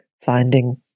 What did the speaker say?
finding